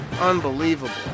unbelievable